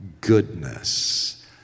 Goodness